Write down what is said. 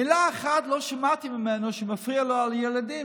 מילה אחת לא שמעתי ממנו על כך שמפריע לו שהילדים,